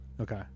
okay